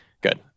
Good